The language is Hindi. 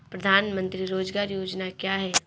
प्रधानमंत्री रोज़गार योजना क्या है?